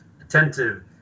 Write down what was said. attentive